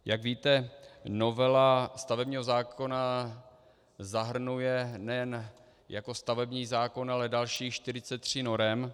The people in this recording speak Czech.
Jak víte, novela stavebního zákona zahrnuje nejen stavební zákon, ale dalších 43 norem.